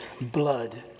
blood